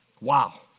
Wow